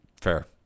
Fair